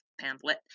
pamphlet